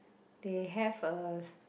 they have a